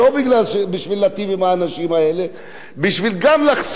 אלא כדי לחסוך נכויות ומחלות.